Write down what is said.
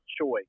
choice